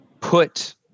put